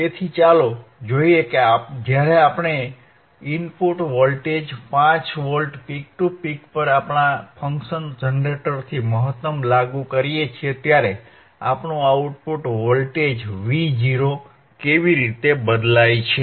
તેથી ચાલો જોઈએ કે જ્યારે આપણે input voltage 5 volt peak to peak પર આપણા ફંક્શન જનરેટરથી મહત્તમ પર લાગુ કરીએ ત્યારે આપણું આઉટપુટ વોલ્ટેજ Vo કેવી રીતે બદલાય છે